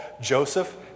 Joseph